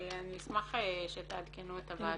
אני אשמח שתעדכנו את הוועדה.